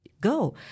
go